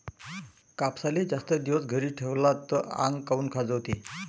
कापसाले जास्त दिवस घरी ठेवला त आंग काऊन खाजवते?